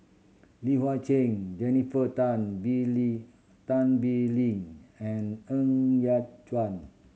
Li Hui Cheng Jennifer Tan Bee Leng Tan Bee Leng and Ng Yat Chuan